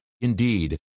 indeed